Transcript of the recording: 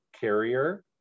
carrier